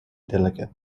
delicate